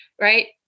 right